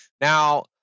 Now